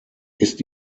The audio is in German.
ist